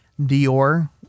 Dior